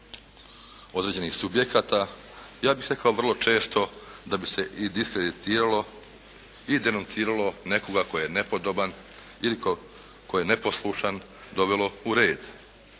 određenih subjekata, ja bih rekao vrlo često da bi se i diskreditiralo i denutiralo nekoga tko je nepodoban ili tko je neposlušan, dovelo u red.